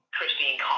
Christine